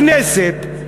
כנסת,